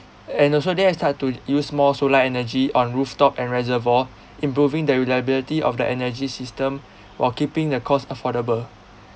and also they have start to use more solar energy on rooftop and reservoir improving the reliability of the energy system while keeping the costs affordable